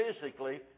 physically